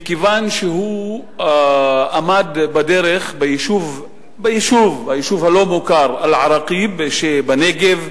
מכיוון שהוא עמד בדרך ביישוב הלא-מוכר אל-עראקיב שבנגב,